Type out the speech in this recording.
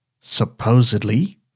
supposedly